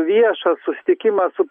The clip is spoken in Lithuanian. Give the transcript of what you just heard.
viešas susitikimas su